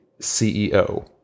CEO